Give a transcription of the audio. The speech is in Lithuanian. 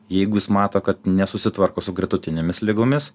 jeigu jis mato kad nesusitvarko su gretutinėmis ligomis